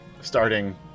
starting